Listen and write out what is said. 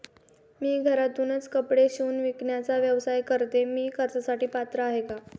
मी घरातूनच कपडे शिवून विकण्याचा व्यवसाय करते, मी कर्जासाठी पात्र आहे का?